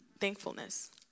thankfulness